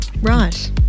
Right